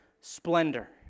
splendor